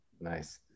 nice